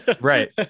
right